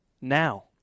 now